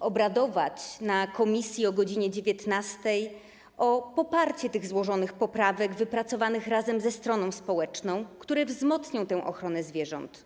obradować w komisji o godz. 19, o poparcie tych złożonych poprawek wypracowanych razem ze stroną społeczną, które wzmocnią ochronę zwierząt.